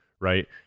right